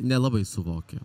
nelabai suvokia